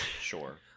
sure